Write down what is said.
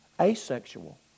asexual